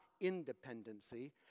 independency